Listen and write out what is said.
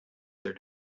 their